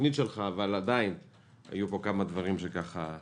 התכנית שלך אבל עדיין היו פה כמה דברים שהפתיעו.